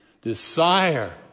Desire